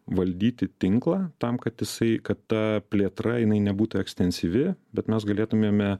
valdyti tinklą tam kad jisai kad ta plėtra jinai nebūtų ekstensyvi bet mes galėtumėme